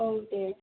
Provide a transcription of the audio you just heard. औ दे